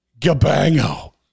Gabango